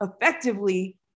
effectively